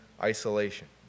isolation